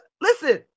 listen